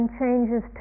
changes